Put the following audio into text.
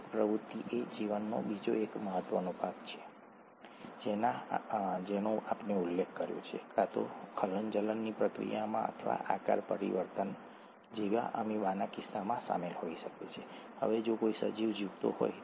તમારી પાસે પાયરિમિડિન્સ હોઈ શકે છે જે આ એક રિંગ નાઇટ્રોજનસ પદાર્થો અને પ્યુરિન છે જે સહેજ મોટા નાઇટ્રોજનસ પદાર્થો છે